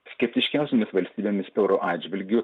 skeptiškiausiomis valstybėmis euro atžvilgiu